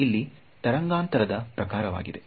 ಇಲ್ಲಿ ತರಂಗಾಂತರದ ಪ್ರಕಾರವಾಗಿದೆ